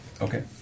Okay